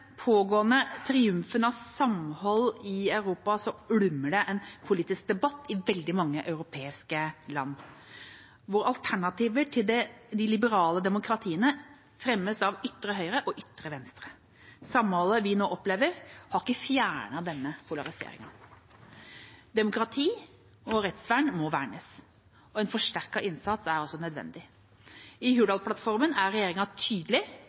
pågående triumfen av samhold i Europa ulmer det en politisk debatt i veldig mange europeiske land, hvor alternativer til de liberale demokratiene fremmes av ytre høyre og ytre venstre. Samholdet vi nå opplever, har ikke fjernet denne polariseringen. Demokratiet og rettsstaten må vernes, og en forsterket innsats er nødvendig. I Hurdalsplattformen er regjeringa tydelig